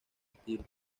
estilo